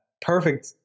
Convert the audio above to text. perfect